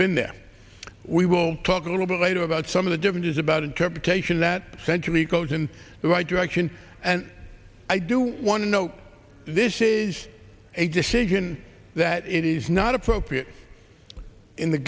been there we will talk a little bit later about some of the differences about interpretation that century calls in the right direction and i do want to know this is a decision that it is not appropriate in the